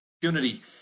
opportunity